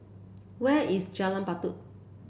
where is Jalan Batu